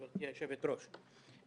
גברתי היושבת-ראש.